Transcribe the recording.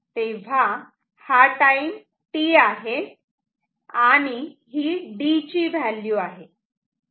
तेव्हा हा time t आहे आणि ही D ची व्हॅल्यू आहे